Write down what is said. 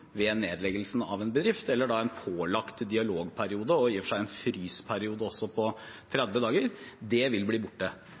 ved nedleggelsen av en bedrift, eller en pålagt dialogperiode og i og for seg en frysperiode på